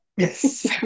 Yes